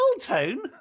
tone